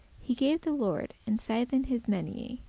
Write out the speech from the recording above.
he gave the lord, and sithen his meinie,